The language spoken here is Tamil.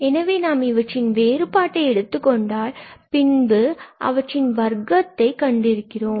எனவே நாம் இவற்றின் வேறுபாட்டை எடுத்துக்கொண்டால் பின்பு அவற்றின் வர்க்கத்தை கண்டிருக்கின்றோம்